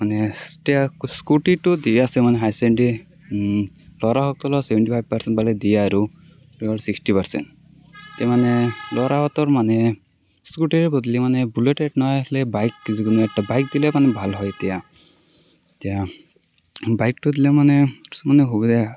মানে স্কুটিটো দি আছে মানে হাই চেকেণ্ডেৰী ল'ৰাসকলে চেভেণ্টি ফাইভ পাৰ্চেণ্ট পালে দিয়ে আৰু চিক্সটি পাৰ্চেণ্ট তাৰমানে ল'ৰাহঁতৰ মানে স্কুটিৰ বদলি মানে বুলেট টাইপ নহ'লে বাইক যিকোনো এটা বাইক দিলে মানে ভাল হয় এতিয়া এতিয়া বাইকটো দিলে মানে সবৰ সুবিধা হয়